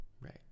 Right